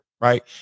right